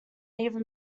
even